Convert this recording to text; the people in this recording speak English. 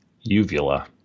uvula